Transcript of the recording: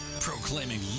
Proclaiming